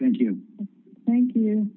thank you thank you